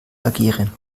algerien